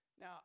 Now